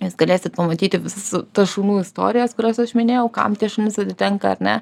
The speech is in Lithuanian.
jūs galėsit pamatyti visas tas šunų istorijas kurias aš minėjau kam tie šunys atitenka ar ne